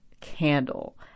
candle